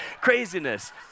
craziness